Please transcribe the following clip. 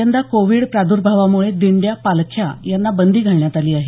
यंदा कोविड प्रादुर्भावामुळे दिंड्या पालख्या यांना बंदी घालण्यात आली आहे